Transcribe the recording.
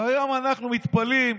והיום אנחנו מתפלאים.